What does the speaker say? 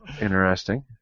Interesting